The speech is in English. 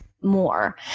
more